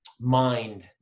mind